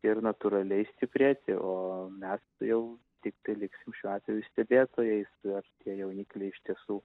ir natūraliai stiprėti o me jau tik teliksim šiuo atveju stebėtojais ar tie jaunikliai iš tiesų